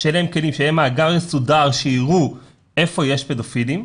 שיהיה מאגר מסודר שיראו איפה יש פדופילים,